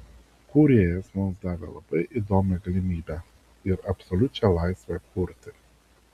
kūrėjas mums davė labai įdomią galimybę ir absoliučią laisvę kurti